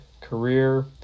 career